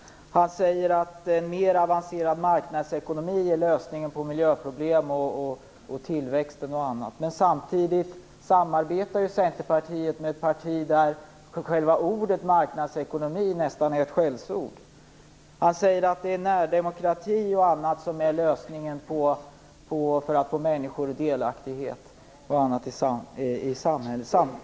Han säger att mer avancerad marknadsekonomi är lösningen på miljöproblem, tillväxt och annat. Men samtidigt samarbetar Centerpartiet med ett parti där själva ordet marknadsekonomi nästan är ett skällsord. Han säger att det är närdemokrati och annat som är lösningen för att få människor delaktiga i samhället.